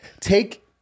take